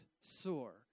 sore